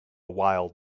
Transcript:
wild